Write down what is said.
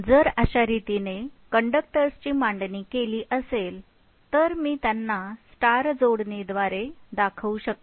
जर अशा रीतीने कंडक्टर्सची मांडणी केली असेल तर मी त्यांना स्टार जोडणी द्वारे दाखवू शकतो